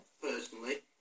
personally